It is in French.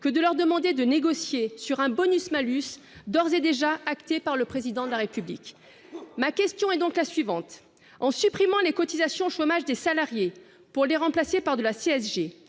que de leur demander de négocier sur un bonus-malus d'ores et déjà acté par le Président de la République. Ma question est la suivante : en supprimant les cotisations chômage des salariés pour les remplacer par de la CSG,